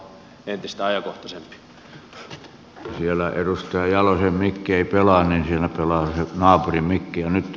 siellä edustaja jalosen mikki ei pelaa mutta siinä pelaa se naapurin mikki